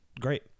Great